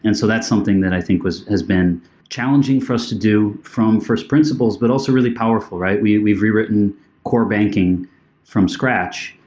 and so that's something that i think has been challenging for us to do from first principles, but also really powerful, right? we've we've rewritten core banking from scratch,